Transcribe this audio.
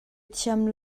thiam